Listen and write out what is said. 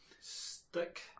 Stick